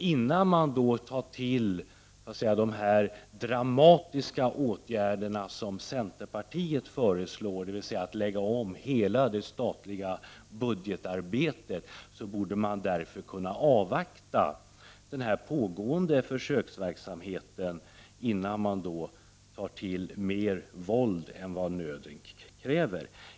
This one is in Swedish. Innan man då tar till dessa dramatiska åtgärder som centerpartiet föreslår, dvs. att lägga om hela det statliga budgetarbetet, borde man kunna avvakta den pågående försöksverksamheten och inte ta till mer våld än vad nöden kräver.